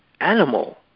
animal